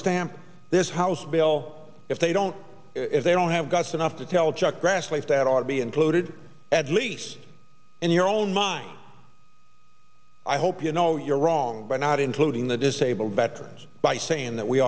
stamp this house bill if they don't if they don't have guts enough to tell chuck grassley that ought to be included at least in your own mind i hope you know you're wrong by not including the disabled veterans by saying that we